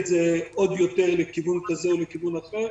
זה עוד יותר לכיוון כזה או לכיוון אחר.